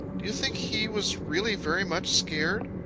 do you think he was really very much scared?